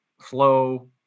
slow